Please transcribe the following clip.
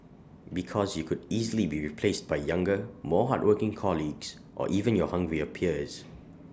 because you could easily be replaced by younger more hardworking colleagues or even your hungrier peers